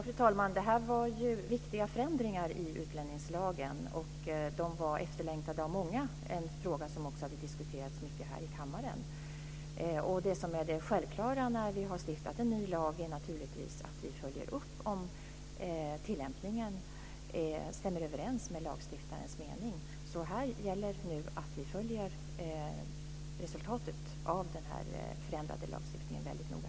Fru talman! Det här var ju viktiga förändringar i utlänningslagen, och de var efterlängtade av många. Det var en fråga som också hade diskuterats mycket här i kammaren. Det som är självklart när vi nu har stiftat en ny lag är naturligtvis att vi följer upp om tillämpningen stämmer överens med lagstiftarens mening. Så här gäller nu att vi följer resultatet av den förändrade lagstiftningen väldigt noga.